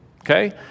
okay